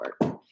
work